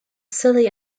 silly